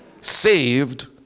Saved